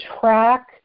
track